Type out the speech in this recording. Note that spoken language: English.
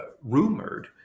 rumored